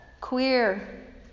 queer